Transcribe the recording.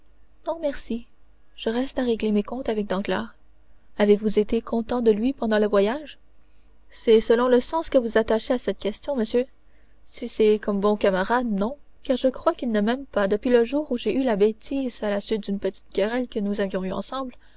non merci je reste à régler mes comptes avec danglars avez-vous été content de lui pendant le voyage c'est selon le sens que vous attachez à cette question monsieur si c'est comme bon camarade non car je crois qu'il ne m'aime pas depuis le jour où j'ai eu la bêtise à la suite d'une petite querelle que nous avions eue ensemble